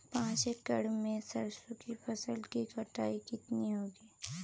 पांच एकड़ में सरसों की फसल की कटाई कितनी होगी?